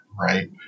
right